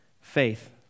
faith